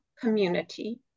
community